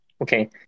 Okay